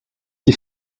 die